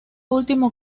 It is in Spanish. último